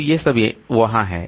तो ये सब वहाँ हैं